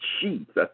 Jesus